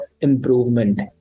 improvement